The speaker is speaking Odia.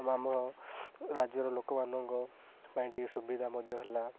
ଆମ ରାଜ୍ୟର ଲୋକମାନଙ୍କପାଇଁ ଟିକେ ସୁବିଧା ମଧ୍ୟ ହେଲା